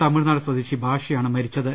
തമിഴ്നാട് സ്വദേശി ബാഷയാണ് മരിച്ചത്